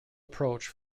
approach